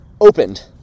opened